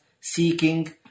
seeking